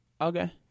Okay